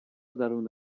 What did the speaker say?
درون